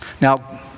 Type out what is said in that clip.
Now